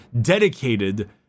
dedicated